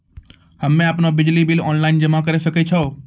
हम्मे आपनौ बिजली बिल ऑनलाइन जमा करै सकै छौ?